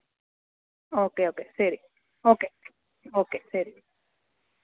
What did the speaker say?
okay okay ശരി okay okay ശരി